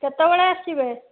କେତେବେଳେ ଆସିବେ